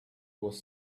was